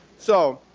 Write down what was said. so,